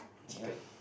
chicken